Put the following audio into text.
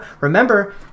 Remember